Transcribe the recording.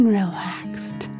relaxed